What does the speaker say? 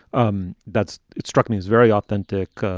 um that's it struck me as very authentic.